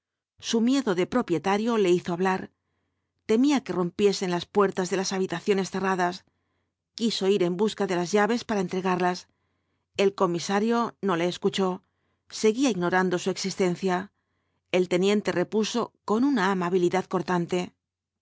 su miedo de propietario le hizo hablar temía que rompiesen las puertas de las habitaciones cerradas quiso ir en busca de las llaves para entregarlas el comisario no le escuchó seguía ignorando su existencia el teniente repuso con una amabilidad cortante